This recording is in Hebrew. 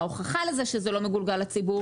ההוכחה לזה שזה לא מגולגל לציבור,